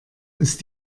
ist